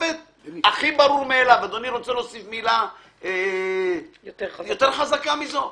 הכי ברור מאליו אדוני רוצה להוסיף מילה יותר חזקה מזאת?